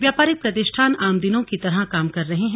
व्यापारिक प्रतिष्ठान आम दिनों की तरह काम कर रहे हैं